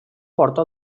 porta